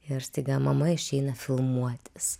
ir staiga mama išeina filmuotis